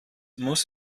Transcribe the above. muss